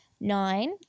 nine